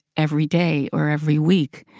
every day or every week.